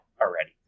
already